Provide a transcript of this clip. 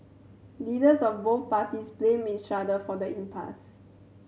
leaders of both parties blamed each other for the impasse